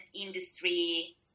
industry